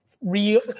real